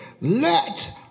Let